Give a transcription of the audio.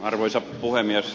arvoisa puhemies